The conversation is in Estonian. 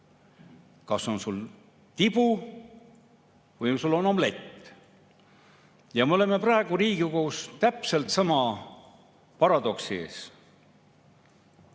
kas sul on tibu või sul on omlett." Ja me oleme praegu Riigikogus täpselt sama paradoksi